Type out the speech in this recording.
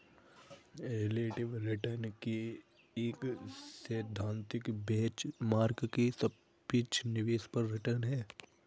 relative return एक सैद्धांतिक benchmark के सापेक्ष निवेश पर रिटर्न है